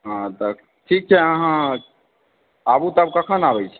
हँ तऽ ठीक छै अहाँ आउ तब कखन आबय छी